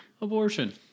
Abortion